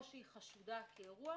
או היא חשודה כאירוע,